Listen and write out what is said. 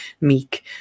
meek